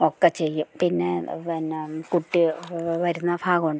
ഒക്കെ ചെയ്യും പിന്നെ പിന്നെ കുട്ടി വരുന്ന ഭാഗമുണ്ടല്ലോ